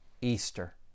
Easter